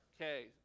Okay